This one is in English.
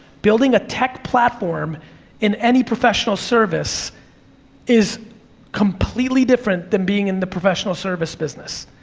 building a tech platform in any professional service is completely different than being in the professional service business.